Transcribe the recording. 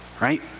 Right